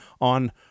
on